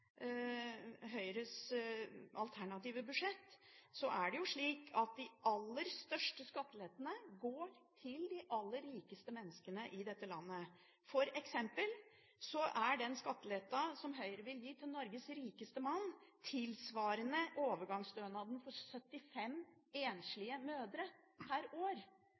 alternative budsjett, er det slik at de aller største skattelettene går til de aller rikeste menneskene i dette landet. For eksempel tilsvarer den skatteletten som Høyre vil gi til Norges rikeste mann, overgangsstønaden for 71 enslige mødre per år.